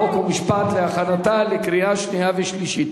חוק ומשפט להכנתה לקריאה שנייה ולקריאה שלישית.